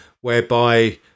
whereby